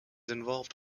involved